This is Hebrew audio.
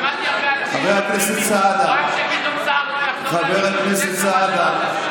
שמעתי הרבה אנשים שאומרים: רק שגדעון סער לא יחזור לליכוד.